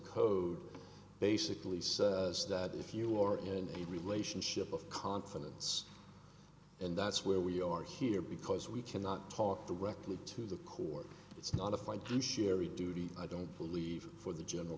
code basically says is that if you are in a relationship of confidence and that's where we are here because we cannot talk directly to the court it's not a fight to sherry duty i don't believe for the general